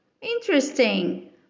Interesting